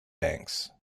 banks